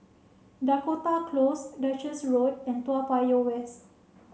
Dakota Close Duchess Road and Toa Payoh West